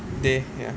they ya